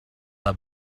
are